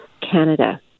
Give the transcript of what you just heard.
Canada